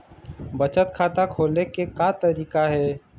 बचत खाता खोले के का तरीका हे?